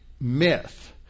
myth